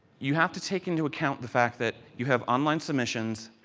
you have to take into account the fact that you have online submissions,